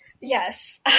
Yes